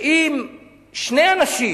שאם שני אנשים